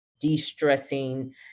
de-stressing